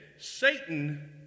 Satan